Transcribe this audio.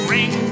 Ring